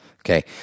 Okay